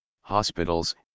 hospitals